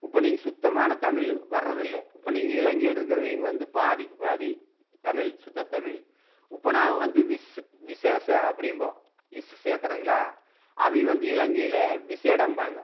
இப்போ நீங்கள் சுத்தமான தமிழ் வர்றதில்ல இப்போ நீங்கள் இலங்கையில் இருக்கிறவிங்க வந்து பாதிக்கு பாதி தமிழ் சுத்த தமிழ் இப்போ நாம் வந்து விசேஷ அப்படிம்போம் இஸ் சேர்த்துறோங்களா அவிங்க வந்து இலங்கையில் விசேடம்பாங்க